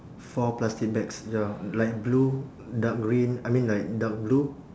four plastic bags ya light blue dark green I mean like dark blue